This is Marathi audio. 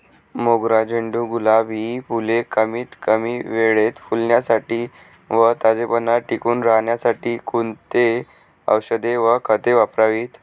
मोगरा, झेंडू, गुलाब हि फूले कमीत कमी वेळेत फुलण्यासाठी व ताजेपणा टिकून राहण्यासाठी कोणती औषधे व खते वापरावीत?